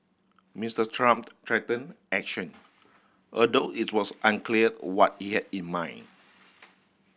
Mister Trump threatened action although it was unclear what he had in mind